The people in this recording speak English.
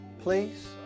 please